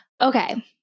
Okay